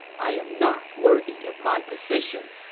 i am not worthy of my position.